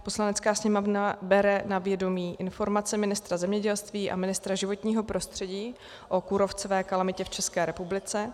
Poslanecká sněmovna bere na vědomí informaci ministra zemědělství a ministra životního prostředí o kůrovcové kalamitě v České republice;